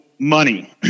Money